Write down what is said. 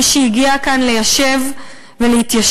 מי שהגיע כאן ליישב ולהתיישב,